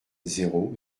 zéro